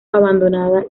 abandonada